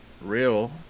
real